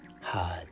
hard